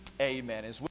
Amen